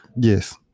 Yes